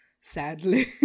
sadly